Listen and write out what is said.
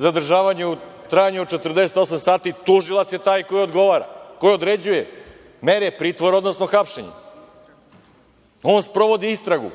zadržavanje u trajanju od 48 sati, tužilac je taj koji određuje mere pritvora, odnosno hapšenje. On sprovodi istragu,